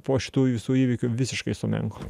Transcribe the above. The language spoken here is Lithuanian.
po šitų visų įvykių visiškai sumenko